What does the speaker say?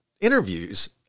interviews